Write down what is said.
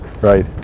Right